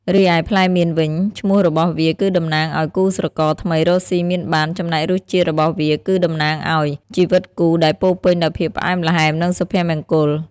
រីឯផ្លែមានវិញ ឈ្មោះរបស់វាគឺតំណាងឲ្យគូស្រករថ្មីរកសុីមានបាន ចំណែករសជាតិរបស់វាគឺតំណាងឲ្យ ជីវិតគូដែលពោរពេញដោយភាពផ្អែមល្ហែម និងសុភមង្គល។